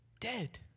dead